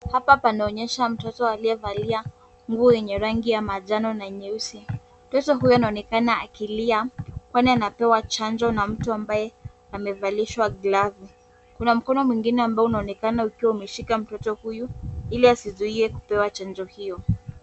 Hapa panaonyesha mtoto aliyevalia nguo yenye rangi ya manjano na nyeusi. Mtoto huyo anaonekana akilia kwani anapewa chanjo na mtu ambaye amevalishwa glavu. Kuna mkono mwingine ambao unaonekana ukiwa umeshika mtoto huyu, ili asizuie kupewa chanjo hiyo.